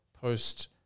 post